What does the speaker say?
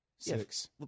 Six